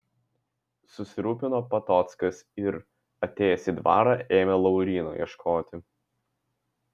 susirūpino patockas ir atėjęs į dvarą ėmė lauryno ieškoti